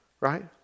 right